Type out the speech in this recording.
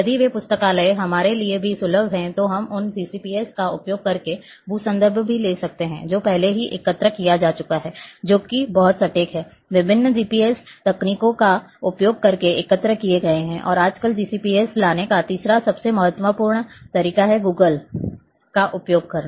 यदि वे पुस्तकालय हमारे लिए सुलभ हैं तो हम उन GCPS का उपयोग करके भू संदर्भ भी ले सकते हैं जो पहले ही एकत्र किए जा चुके हैं जो कि बहुत सटीक हैं विभिन्न जीपीएस तकनीकों का उपयोग करके एकत्र किए गए हैं और आजकल GCPS लाने का तीसरा सबसे महत्वपूर्ण तरीका है Google धरती का उपयोग करना